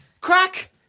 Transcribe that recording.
Crack